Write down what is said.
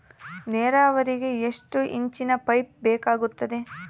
ನೇರಾವರಿಗೆ ಎಷ್ಟು ಇಂಚಿನ ಪೈಪ್ ಬೇಕಾಗುತ್ತದೆ?